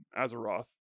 azeroth